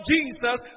Jesus